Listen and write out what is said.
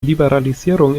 liberalisierung